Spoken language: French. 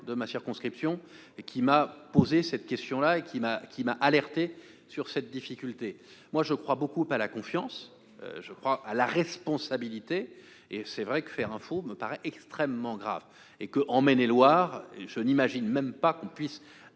de ma circonscription qui m'a posé cette question et qui m'a alerté sur cette difficulté. Je crois beaucoup à la confiance, à la responsabilité, et faire un faux me paraît extrêmement grave. En Maine-et-Loire, je n'imagine même pas que l'on puisse